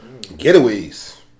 Getaways